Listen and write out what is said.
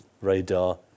radar